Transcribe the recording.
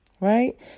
Right